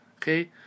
Okay